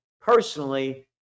personally